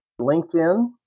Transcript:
LinkedIn